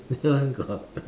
this one got